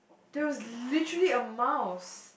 there was literally a mouse